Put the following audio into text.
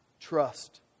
trust